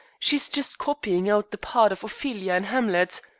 she's just copying out the part of ophelia in hamlet.